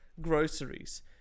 groceries